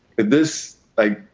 if this, like,